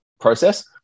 process